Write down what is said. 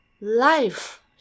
life